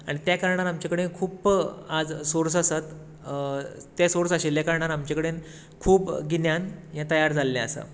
आनी तें कारणान आमचेकडे खूब आज सोर्स आसात ते सोर्स आशिल्ले कारणान आमचे कडेन खूब गिन्यान हे तयार जाल्ले आसा